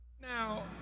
Now